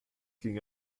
ging